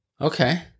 Okay